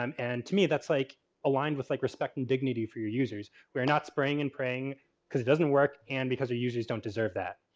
um and to me that's like aligned with like respect and dignity for your users. we're not spraying and praying because it doesn't work and because our users don't deserve that.